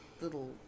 little